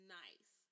nice